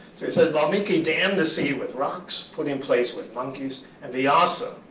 so he says, valmiki dammed the sea with rocks put in place with monkeys. and vyasa,